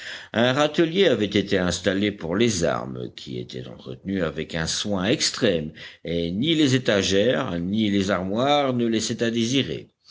un râtelier avait été installé pour les armes qui étaient entretenues avec un soin extrême et ni les étagères ni les armoires ne laissaient